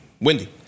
Wendy